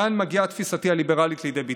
כאן מגיעה תפיסתי הליברלית לידי ביטוי.